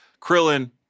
Krillin